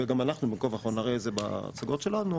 וגם אנחנו בין כה וכה נראה את זה בתשואות שלנו,